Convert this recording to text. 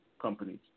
companies